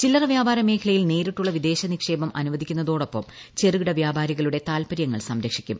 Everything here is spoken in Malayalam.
ചില്ലറ വ്യാപാര മേഖലയിൽ നേരിട്ടൂള്ള വിദേശ നിക്ഷേപം അനുവദിക്കുന്നതോടൊപ്പം ഉപ്പറുകിട് വ്യാപാരികളുടെ താൽപര്യങ്ങൾ സംരക്ഷിക്കും